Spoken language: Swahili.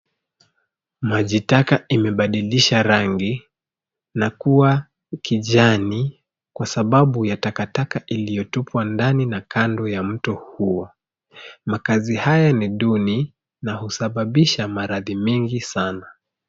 Maji taka imebadilisha rangi na kuwa kijani kwa sababu ya takataka iliyotupwa ndani na kando ya mto huo. Makazi haya ni duni na husababisha maradhi mengi sana.